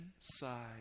inside